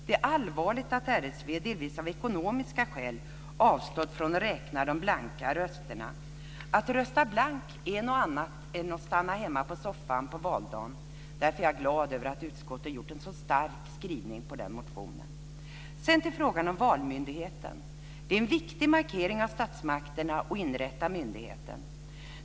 Det är allvarligt att RSV, delvis av ekonomiska skäl, avstår från att räkna blankrösterna. Att rösta blankt är någonting annat än att på valdagen stanna hemma på soffan. Därför är jag glad över utskottets starka skrivning med anledning av motionen. Sedan till frågan om valmyndigheten. Det är en viktig markering från statsmakterna att inrätta myndigheten.